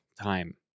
time